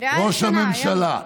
ראש הממשלה.